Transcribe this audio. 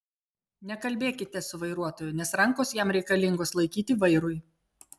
nekalbėkite su vairuotoju nes rankos jam reikalingos laikyti vairui